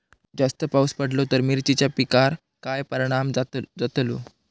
जास्त पाऊस पडलो तर मिरचीच्या पिकार काय परणाम जतालो?